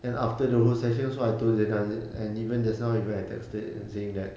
then after the whole session also I told zina and even just now I texted saying that